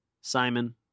Simon